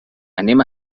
anem